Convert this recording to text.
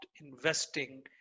investing